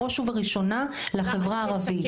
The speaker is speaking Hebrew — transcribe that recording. בראש ובראשונה לחברה הערבית.